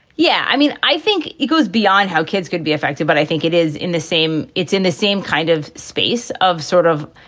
yeah. i mean, i think it goes beyond how kids can be affected, but i think it is in the same it's in the same kind of space of sort of